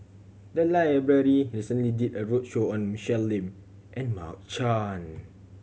the library recently did a roadshow on Michelle Lim and Mark Chan